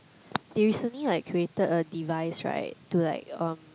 they recently like created a device right to like um